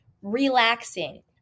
relaxing